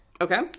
Okay